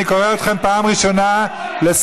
אני קורא אתכם פעם ראשונה לסדר.